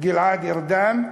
גלעד ארדן,